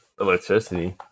electricity